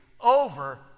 over